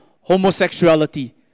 homosexuality